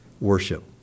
worship